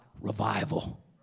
revival